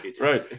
Right